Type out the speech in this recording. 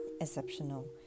Exceptional